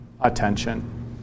attention